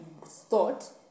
thought